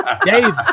Dave